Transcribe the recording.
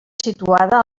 situada